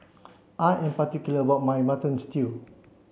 I am particular about my Mutton Stew